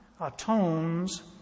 atones